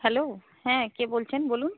hello হ্যাঁ কে বলছেন বলুন